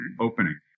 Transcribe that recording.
opening